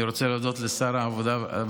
אני רוצה להודות לשר הרווחה